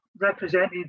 represented